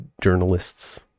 journalists